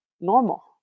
Normal